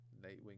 Nightwing